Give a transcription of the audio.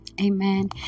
Amen